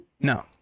No